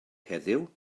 heddiw